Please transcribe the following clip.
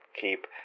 Keep